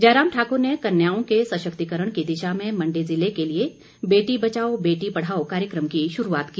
जयराम ठाकुर ने कन्याओं के सशक्तिकरण की दिशा में मण्डी ज़िले के लिए बेटी बचाओ बेटी पढ़ाओ कार्यक्रम की शुरूआत की